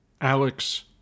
Alex